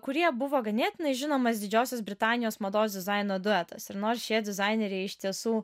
kurie buvo ganėtinai žinomas didžiosios britanijos mados dizaino duetas ir nors šie dizaineriai iš tiesų